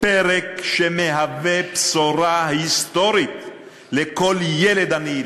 פרק שמהווה בשורה היסטורית לכל ילד עני,